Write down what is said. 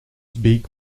beak